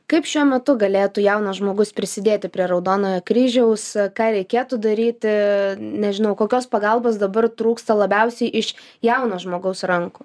kaip šiuo metu galėtų jaunas žmogus prisidėti prie raudonojo kryžiaus ką reikėtų daryti nežinau kokios pagalbos dabar trūksta labiausiai iš jauno žmogaus rankų